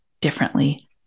differently